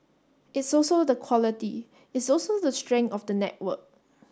it's also the quality it's also the strength of the network